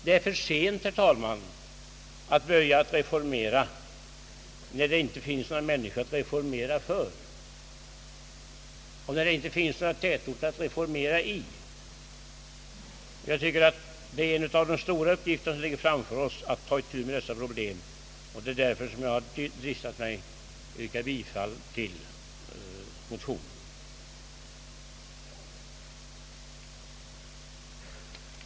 Det är för sent, herr talman, att börja att reformera, när det inte finns någon människa att reformera för och inga tätorter att reformera i. En av de stora uppgifter som ligger framför oss är att ta itu med detta problem och jag har därför dristat mig att yrka bifall till motionerna.